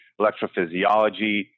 electrophysiology